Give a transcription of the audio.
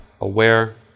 aware